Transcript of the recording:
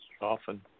Often